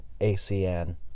ACN